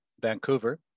Vancouver